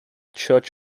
church